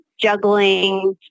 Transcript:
juggling